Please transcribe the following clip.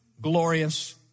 glorious